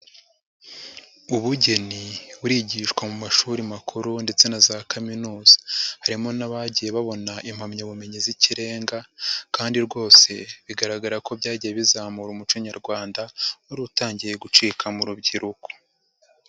Ubugeni burigishwa mu mashuri makuru ndetse na za kaminuza. Harimo n'abagiye babona impamyabumenyi z'ikirenga kandi rwose bigaragara ko byagiye bizamura umuco nyarwanda wari utangiye gucika mu rubyiruko.